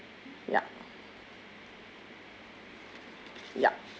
yup